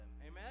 Amen